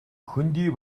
хөндий